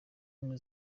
ubumwe